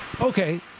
Okay